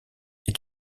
est